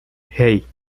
hey